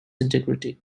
integrity